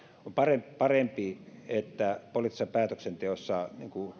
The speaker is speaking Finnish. on parempi parempi että poliittisessa päätöksenteossa